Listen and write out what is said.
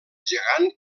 gegant